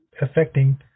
affecting